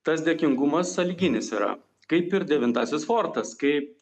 tas dėkingumas sąlyginis yra kaip ir devintasis fortas kaip